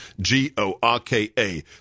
G-O-R-K-A